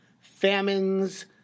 famines